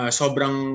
sobrang